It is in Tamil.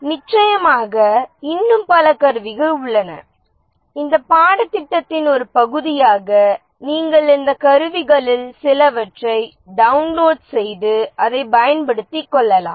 நிச்சயமாக இன்னும் பல கருவிகள் உள்ளன இந்த பாடத்திட்டத்தின் ஒரு பகுதியாக நீங்கள் இந்த கருவிகளில் சிலவற்றை டவுன்லோட் செய்து அதைப் பயன்படுத்திக் கொள்ளலாம்